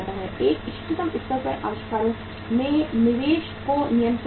एक इष्टतम स्तर पर आविष्कारों में निवेश को नियंत्रित करता है